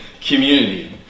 community